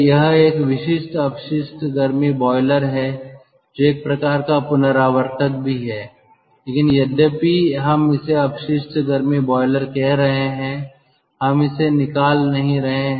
यह एक विशिष्ट अपशिष्ट गर्मी बॉयलर है जो एक प्रकार का रिकूपरेटर भी है लेकिन यद्यपि हम इसे अपशिष्ट गर्मी बॉयलर कह रहे हैं हम इसे निकाल नहीं रहे हैं